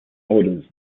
orders